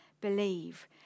believe